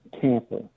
Tampa